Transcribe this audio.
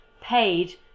paid